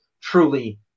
truly